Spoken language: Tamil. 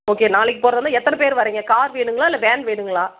ஓகே நாளைக்கு போகிறதா இருந்தால் எத்தனை பேர் வர்றீங்க கார் வேணும்ங்களா இல்லை வேன் வேணும்ங்களா